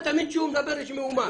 כשהוא מדבר יש מהומה?